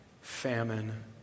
famine